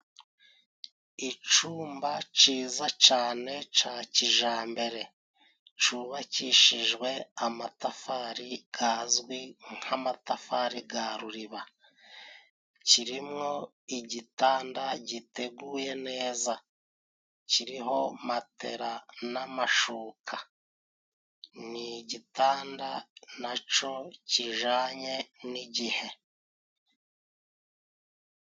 Icumba ciza cane ca kijambere cubakishijwe amatafari gazwi nk'amatafari ga ruriba, kirimo igitanda giteguye neza, kiriho matela n'amashuka, ni igitanda naco kijanye n'igihe.